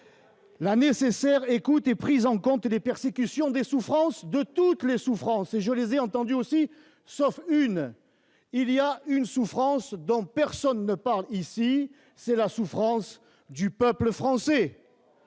la nécessaire écoute, la prise en compte des persécutions, des souffrances- de toutes les souffrances. Je les ai toutes entendues ces souffrances, sauf une. Il existe une souffrance dont personne ne parle ici, c'est la souffrance du peuple français